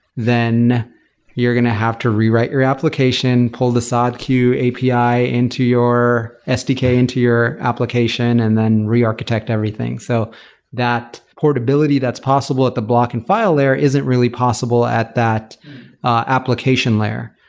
then you're going to have to rewrite your application, pull the saad queue api into your sdk into your application and then re-architect everything. so that portability that's possible at the block and file layer isn't really possible at that application layer.